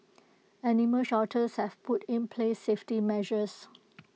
animal shelters have put in place safety measures